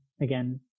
again